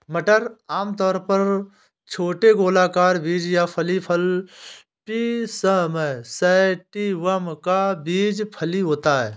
मटर आमतौर पर छोटे गोलाकार बीज या फली फल पिसम सैटिवम का बीज फली होता है